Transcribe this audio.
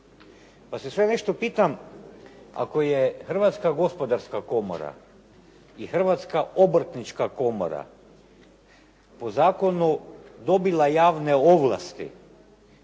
Pa se sve nešto pitam ako je Hrvatska gospodarska komora i Hrvatska obrtnička komora po zakonu dobila javne ovlasti